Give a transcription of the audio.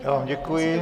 Já vám děkuji.